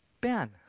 Ben